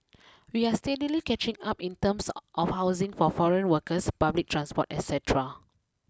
we are steadily catching up in terms of housing for foreign workers public transport et cetera